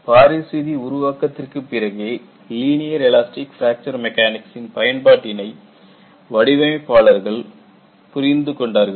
Paris விதி உருவாக்கத்திற்கு பிறகே லீனியர் எலாஸ்டிக் பிராக்சர் மெக்கானிக்சின் பயன்பாட்டினை வடிவமைப்பாளர்கள் புரிந்து கொண்டார்கள்